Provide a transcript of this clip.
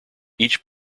each